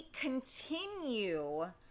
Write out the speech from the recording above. continue